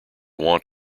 want